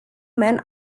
men